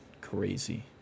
crazy